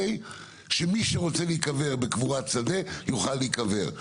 שמי שרוצה להיקבר בקבורת שדה יוכל להיקבר.